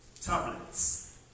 tablets